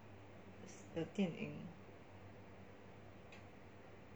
的电影